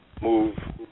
move